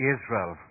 Israel